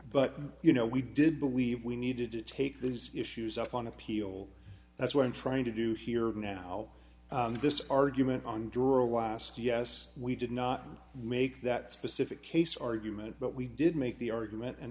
but you know we did believe we needed to take these issues up on appeal that's what i'm trying to do here and now this argument on draw last yes we did not make that specific case argument but we did make the argument and